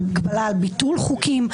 הגבלה על ביטול חוקים.